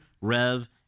Rev